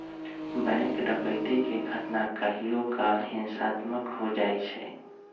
bank डकैती के घटना कहियो काल हिंसात्मको हो जाइ छइ